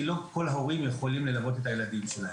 כי לא כל ההורים יכולים ללוות את הילדים שלהם.